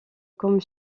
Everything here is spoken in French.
comme